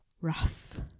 rough